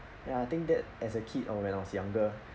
ya I think that as a kid or when I was younger